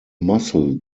mussel